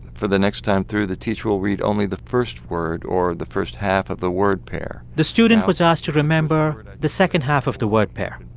for the next time through, the teacher will read only the first word or the first half of the word pair the student was asked to remember the second half of the word pair.